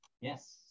Yes